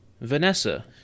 Vanessa